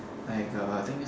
like a I think